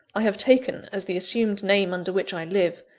i have taken, as the assumed name under which i live,